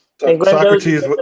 Socrates